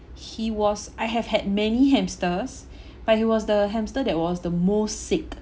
he was I have had many hamsters but he was the hamster that was the most sick